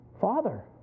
Father